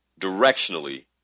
directionally